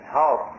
help